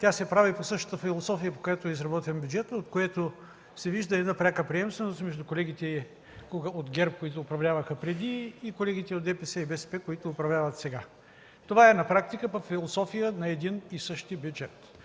тя се прави по същата философия, по която е изработен бюджетът, от което се вижда една пряка приемственост между колегите от ГЕРБ, които управляваха преди, и колегите от ДПС и БСП, които управляват сега. Това е на практика философия на един и същи бюджет.